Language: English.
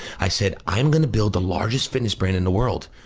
i said, i'm gonna build the largest fitness brand in the world.